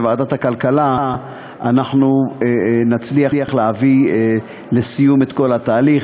בוועדת הכלכלה אנחנו נצליח להביא לסיום את כל התהליך,